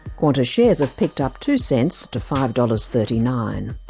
qantas shares have picked up two cents to five dollars. thirty nine.